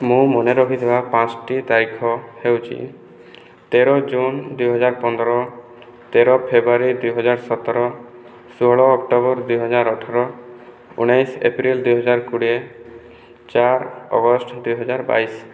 ମୁଁ ମନେ ରଖିଥିବା ପାଞ୍ଚ୍ଟି ତାରିଖ ହେଉଛି ତେର ଜୁନ ଦୁଇ ହଜାର ପନ୍ଦର ତେର ଫେବୃଆରୀ ଦୁଇ ହଜାର ସତର ଷୋହଳ ଅକ୍ଟୋବର ଦୁଇ ହଜାର ଅଠର ଉଣେଇଶ ଏପ୍ରିଲ ଦୁଇ ହଜାର କୋଡ଼ିଏ ଚାର ଅଗଷ୍ଟ ଦୁଇ ହଜାର ବାଇଶ